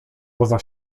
poza